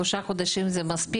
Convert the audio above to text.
זה מספיק שלושה חודשים של התנסות,